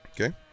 Okay